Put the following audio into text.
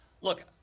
Look